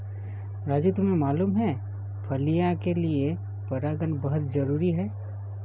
राजू तुम्हें मालूम है फलियां के लिए परागन बहुत जरूरी है